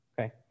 okay